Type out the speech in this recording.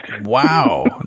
Wow